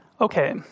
Okay